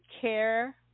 care